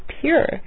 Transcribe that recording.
pure